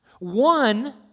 One